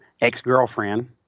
Ex-Girlfriend